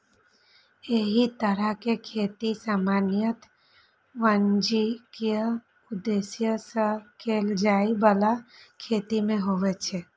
एहि तरहक खेती सामान्यतः वाणिज्यिक उद्देश्य सं कैल जाइ बला खेती मे होइ छै